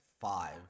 five